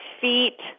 feet